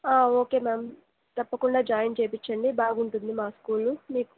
okay ma'am తప్పకుండా join చెయ్యించండి బాగుంటుంది మా స్కూలు మీకు